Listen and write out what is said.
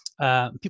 People